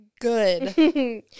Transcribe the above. Good